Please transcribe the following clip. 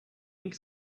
ink